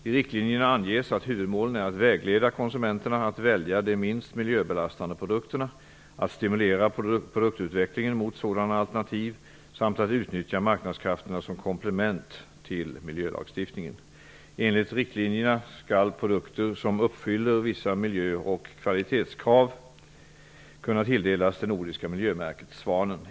I riktlinjerna anges att huvudmålen är att vägleda konsumenterna att välja de minst miljöbelastande produkterna, att stimulera produktutvecklingen mot sådana alternativ samt att utnyttja marknadskrafterna som komplement till miljölagstiftningen. Enligt riktlinjerna skall produkter som uppfyller vissa miljö och kvalitetskrav kunna tilldelas det nordiska miljömärket Svanen.